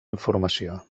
informació